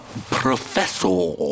professor